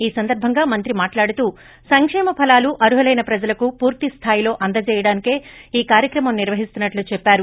ఈ సందర్బంగా మంత్రి మాట్లాడుతూ సంకేమ ఫలాలు అర్హులైన ప్రజలకు పూర్తి స్వాయిలో అందించడానికే ఈ కార్యక్రమం నిర్వహిస్తున్నట్లు చెప్పారు